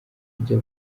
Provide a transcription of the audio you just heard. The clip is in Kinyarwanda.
kujya